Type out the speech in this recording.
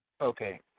Okay